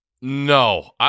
No